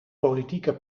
politieke